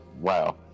wow